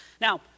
Now